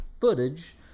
footage